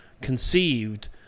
conceived